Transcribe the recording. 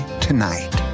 tonight